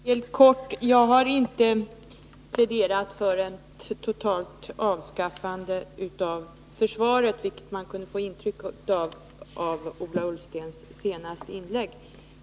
Herr talman! Helt kort: Jag har inte pläderat för ett totalt avskaffande av försvaret, vilket man kunde få intryck av i Ola Ullstens senaste inlägg.